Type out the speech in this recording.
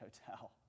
Hotel